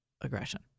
aggression